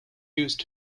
used